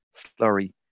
slurry